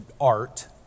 art